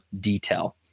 detail